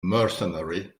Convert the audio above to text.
mercenary